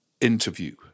interview